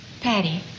Patty